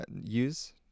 Use